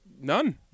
None